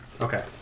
Okay